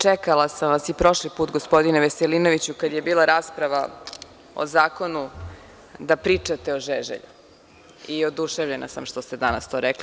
Čekala sam vas i prošli put, gospodine Veselinoviću, kada je bila rasprava o zakonu, da pričate o Žeželju i oduševljena sam što ste danas to rekli.